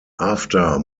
after